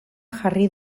jarri